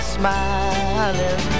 smiling